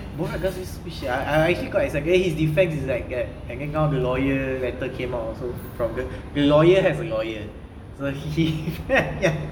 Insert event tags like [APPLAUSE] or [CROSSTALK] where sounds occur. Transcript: borat does this stupid shit I I I actually quite excited and then he's defence is like that and then now the lawyer letter came out also so the lawyer have lawyer [LAUGHS]